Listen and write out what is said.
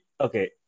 Okay